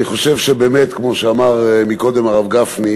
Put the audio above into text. אני חושב שבאמת, כמו שאמר קודם הרב פרוש,